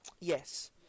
Yes